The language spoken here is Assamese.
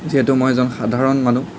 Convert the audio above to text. যিহেতু মই এজন সাধাৰণ মানুহ